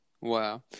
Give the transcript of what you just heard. wow